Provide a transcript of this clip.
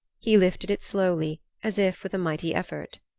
he lifted it slowly as if with a mighty effort.